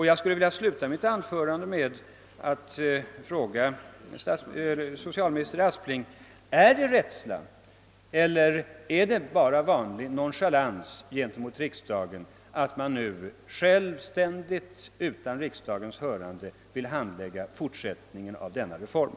Jag skulle vilja sluta mitt anförande med att fråga socialminister Aspling: Är det rädsla eller är det bara vanlig nonchalans gentemot riksdagen som gör att man nu självständigt och utan riksdagens hörande vill handlägga fortsättningen av denna reform?